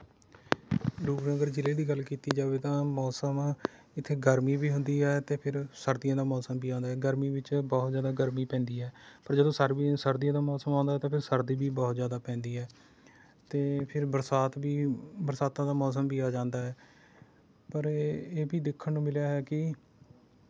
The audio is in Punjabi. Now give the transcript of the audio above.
ਰੂਪਨਗਰ ਜ਼ਿਲ੍ਹੇ ਦੀ ਗੱਲ ਕੀਤੀ ਜਾਵੇ ਤਾਂ ਮੌਸਮ ਇੱਥੇ ਗਰਮੀ ਵੀ ਹੁੰਦੀ ਹੈ ਅਤੇ ਫਿਰ ਸਰਦੀਆਂ ਦਾ ਮੌਸਮ ਵੀ ਆਉਂਦਾ ਹੈ ਗਰਮੀ ਵਿੱਚ ਬਹੁਤ ਜ਼ਿਆਦਾ ਗਰਮੀ ਪੈਂਦੀ ਹੈ ਪਰ ਜਦੋਂ ਸਰਵੀ ਸਰਦੀਆਂ ਦਾ ਮੌਸਮ ਆਉਂਦਾ ਹੈ ਤਾਂ ਫਿਰ ਸਰਦੀ ਵੀ ਬਹੁਤ ਜ਼ਿਆਦਾ ਪੈਂਦੀ ਹੈ ਅਤੇ ਫਿਰ ਬਰਸਾਤ ਵੀ ਬਰਸਾਤਾਂ ਦਾ ਮੌਸਮ ਵੀ ਆ ਜਾਂਦਾ ਹੈ ਪਰ ਇਹ ਇਹ ਵੀ ਦੇਖਣ ਨੂੰ ਮਿਲਿਆ ਹੈ ਕਿ